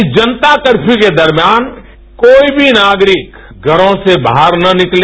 इस जनता कर्फयू के दर्मियान कोई भी नागरिक घरो से बाहर ना निकले